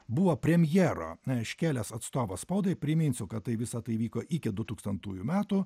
buvo premjero šelės atstovas spaudai priminsiu kad tai visa tai vyko iki du tūkstantųjų metų